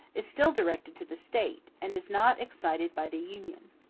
is still directed to the state, and is not excited by the union.